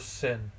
sin